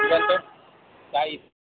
bye